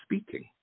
speaking